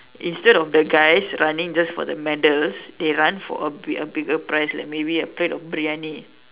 instead of the guys running just for the medals they run for a bigger prize like maybe a plate of Briyani